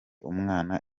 umwana